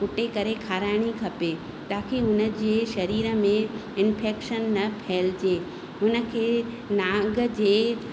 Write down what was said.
कुटे करे खाराइणी खपे ताक़ी उन जे शरीर में इंफेक्शन न फैलिजे उन खे नांग जे